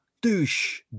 douche